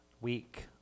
week